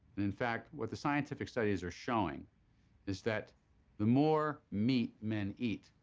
in fact, what the scientific studies are showing is that the more meat men eat,